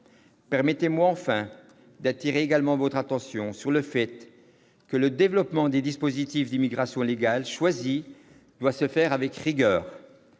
Permettez-moi enfin d'attirer votre attention sur le fait que le développement des dispositifs d'immigration légale choisie doit se faire avec rigueur.